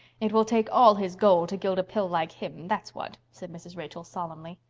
it will take all his gold to gild a pill like him, that's what, said mrs. rachel solemnly.